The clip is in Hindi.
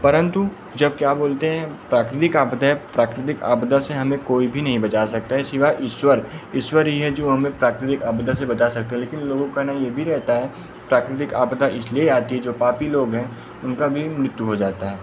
परंतु जब क्या बोलते हैं प्राकृतिक आपदा है प्राकृतिक आपदा से हमें कोई भी नहीं बचा सकता है सिवाए ईश्वर ईश्वर ही है जो हमें प्राकृतिक आपदा से बचा सकते हैं लेकिन लोगों का ना यह भी रहता है प्राकृतिक आपदा इसलिए आती है जो पापी लोग हैं उनकी भी मृत्यु हो जाती है